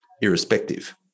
irrespective